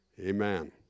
Amen